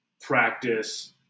practice